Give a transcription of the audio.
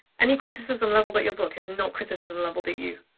any criticism leveled at your book is not criticism leveled at you.